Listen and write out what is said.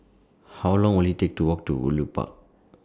How Long Will IT Take to Walk to Woodleigh Park